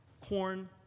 corn